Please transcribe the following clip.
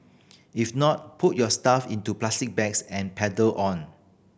if not put your stuff into plastic bags and pedal on